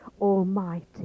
almighty